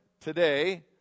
today